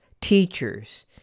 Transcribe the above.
teachers